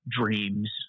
dreams